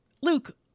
Luke